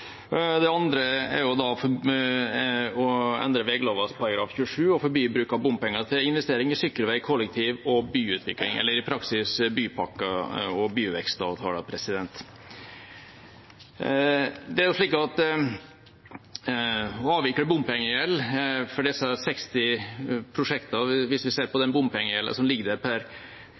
Det andre handler om å endre vegloven § 27, å forby bruk av bompenger til investeringer i sykkelvei, kollektiv og byutvikling, eller i praksis bypakker og byvekstavtaler. Å avvikle bompengegjeld for disse 60 prosjektene – hvis vi ser på den bompengegjelden som ligger der per